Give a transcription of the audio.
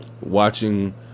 watching